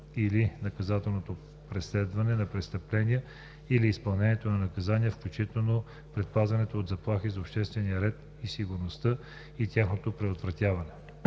или наказателното преследване на престъпления или изпълнението на наказания, включително предпазването от заплахи за обществения ред и сигурност и тяхното предотвратяване.